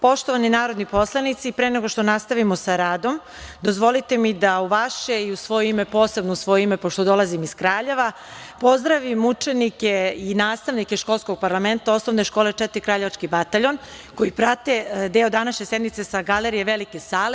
Poštovani narodni poslanici, pre nego što nastavimo sa radom, dozvolite mi da u vaše i u svoje ime, posebno u svoje ime pošto dolazim iz Kraljeva, pozdravim učenike i nastavnike školskog parlamenta OŠ „4. kraljevački bataljon“ koji prate deo današnje sednice sa galerije Velike sale.